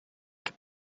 que